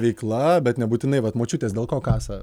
veikla bet nebūtinai vat močiutės dėl ko kasa